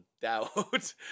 doubt